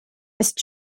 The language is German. ist